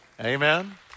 Amen